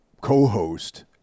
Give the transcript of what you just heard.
co-host